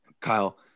Kyle